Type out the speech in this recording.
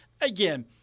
again